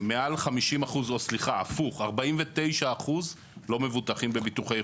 סליחה, 49% לא מבוטחים בביטוחי חובה.